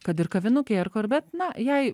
kad ir kavinukėj ar kur bet na jai